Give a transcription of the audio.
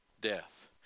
death